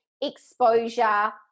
exposure